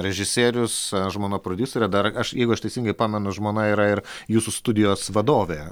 režisierius žmona prodiuserė dar aš jeigu aš teisingai pamenu žmona yra ir jūsų studijos vadovė